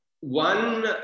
one